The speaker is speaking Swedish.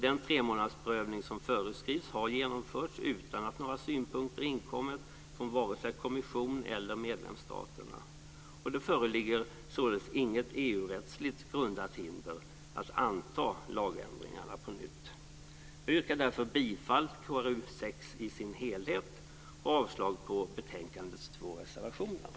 Den tremånadersprövning som föreskrivs har genomförts utan att några synpunkter inkommit från vare sig kommissionen eller medlemsstaterna. Det föreligger således inget EU-rättsligt grundat hinder att anta lagändringarna på nytt. Fru talman! Jag yrkar bifall till förslaget i KrU6 i dess helhet och avslag på de två reservationerna i betänkandet.